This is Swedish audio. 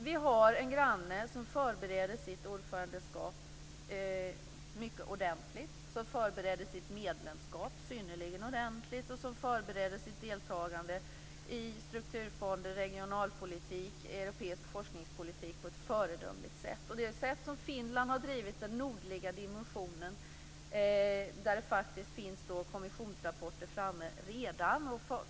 Vi har en granne som förbereder sitt ordförandeskap mycket ordentligt, som förberedde sitt medlemskap synnerligen ordentligt och som förbereder sitt deltagande i strukturfonder, regionalpolitik och europeisk forskningspolitik på ett föredömligt sätt. Det sätt som Finland har drivit den nordliga dimensionen på är föredömligt. Det finns faktiskt kommissionsrapporter framme redan.